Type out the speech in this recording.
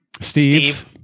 Steve